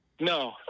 No